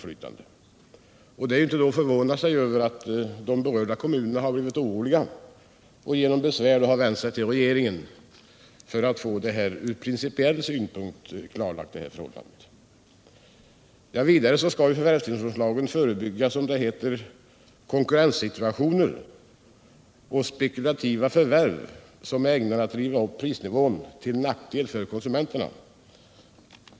Det är ju då inte att förvåna sig över att de berörda kommunerna har blivit oroliga och genom besvär vänt sig till regeringen för att få denna fråga klarlagd ur principiell synpunkt. Vidare skall förvärvstillståndslagen förebygga, som det heter, konkurrenssituationer och spekulativa förvärv, som är ägnade att driva upp prisnivån till nackdel för konsumenterna.